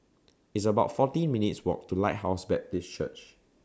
It's about fourteen minutes' Walk to Lighthouse Baptist Church